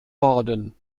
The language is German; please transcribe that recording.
worden